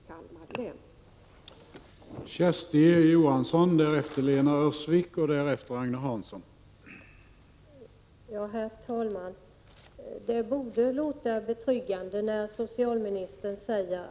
1986/87:93